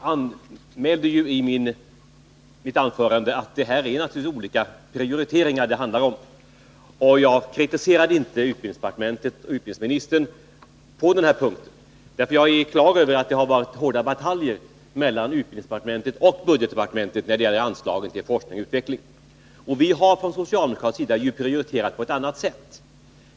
Herr talman! Jag sade i mitt anförande att det handlar om olika prioriteringar och att jag inte kritiserar utbildningsministern på den här punkten, för jag är på det klara med att det har varit hårda bataljer mellan utbildningsdepartementet och budgetdepartementet när det gäller anslagen till forskning och utbildning. Vi har på socialdemokratisk sida prioriterat på ett annat sätt.